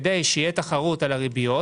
כדי שתהיה תחרות על הריביות,